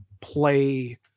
play